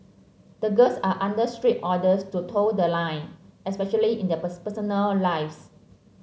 the girls are under strict orders to toe the line especially in their person personal lives